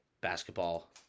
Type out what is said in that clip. basketball